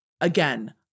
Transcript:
Again